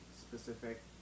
specific